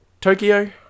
Tokyo